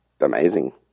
amazing